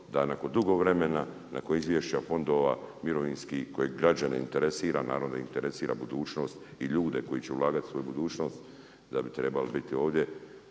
da nakon dugo vremena, nakon izvješća fondova mirovinskih, koje građane interesira, naravno interesira budućnost i ljude koji će ulagati u svoju budućnost da bi trebali biti ovdje